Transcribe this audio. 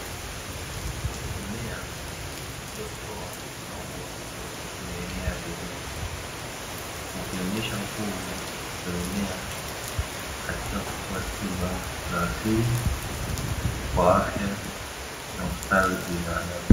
Mmea uliotoa mauwa umeenea ardhini, ukionesha nguvu za mimea katika kutoa tiba za asili kwa afya na ustawi wa binadamu.